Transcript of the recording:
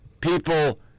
people